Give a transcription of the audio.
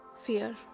fear